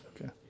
okay